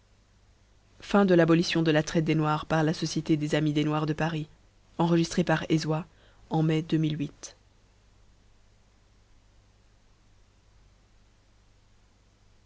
pour l'abolition de la traite des noirs par la société des amis des noirs de paris